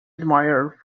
admired